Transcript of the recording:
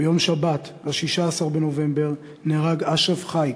ביום שבת, ב-16 בנובמבר, נהרג אשרף חאיק,